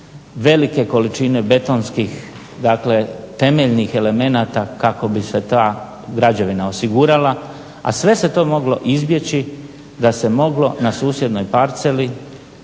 velike količine betonskih dakle temeljnih elemenata kako bi se ta građevina osigurala, a sve se to moglo izbjeći da se moglo na susjednoj parceli